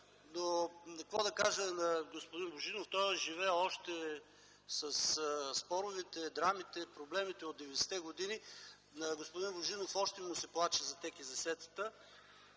Какво да кажа на господин Божинов? Той живее още със споровете, драмите и проблемите от 90-те години. На господин Божинов още му се плаче за ТКЗС-тата.